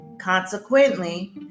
Consequently